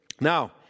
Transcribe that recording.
now